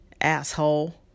Asshole